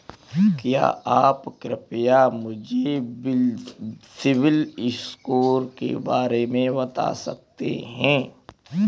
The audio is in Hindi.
क्या आप कृपया मुझे सिबिल स्कोर के बारे में बता सकते हैं?